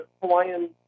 Hawaiian